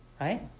right